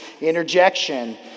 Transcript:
interjection